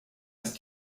ist